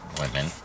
women